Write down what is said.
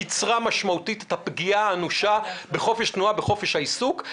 קיצרה משמעותית את הפגיעה האנושה בחופש התנועה ובחופש העיסוק.